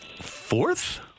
Fourth